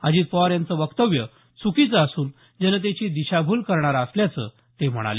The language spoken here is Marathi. अजित पवार यांचं वक्तव्य चुकीचं असून जनतेची दिशाभूल करणारं असल्याचं ते म्हणाले